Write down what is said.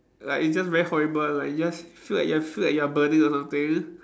like it's just very horrible like you just feel like feel like you're burning or something